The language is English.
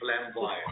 flamboyant